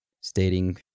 stating